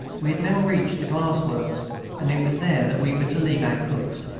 we had now reached the glass-works and it was there that we were to leave our cooks.